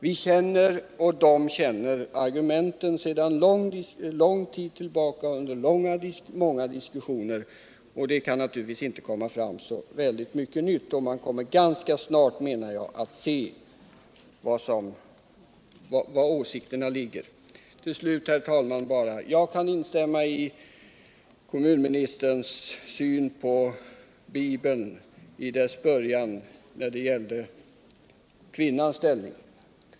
Vi och de känner argumenten sedan lång tid tillbaka efter många och långa diskussioner. Det kan naturligtvis inte komma fram så väldigt mycket nytt, och man kommer ganska snart att se vilka åsiktsskillnaderna är. Till sist, herr talman, kan jag instämma i kyrkoministerns uppfattning enligt Bibeln om den ursprungliga synen på kvinnans ställning.